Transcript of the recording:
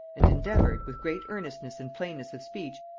and endeavoured, with great earnestness and plainness of speech,